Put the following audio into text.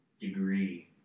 degree